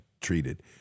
treated